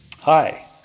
Hi